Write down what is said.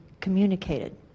communicated